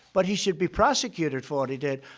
but he should be prosecuted for what he did.